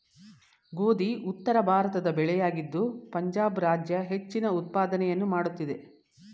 ಗೋಧಿ ಉತ್ತರಭಾರತದ ಬೆಳೆಯಾಗಿದ್ದು ಪಂಜಾಬ್ ರಾಜ್ಯ ಹೆಚ್ಚಿನ ಉತ್ಪಾದನೆಯನ್ನು ಮಾಡುತ್ತಿದೆ